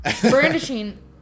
Brandishing